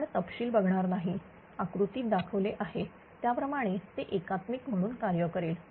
आपण तपशील बघणार नाही आकृतीत दाखवले आहे त्याप्रमाणे ते एकात्मिक म्हणून कार्य करेल